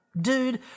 Dude